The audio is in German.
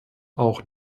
auch